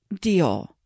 deal